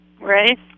Right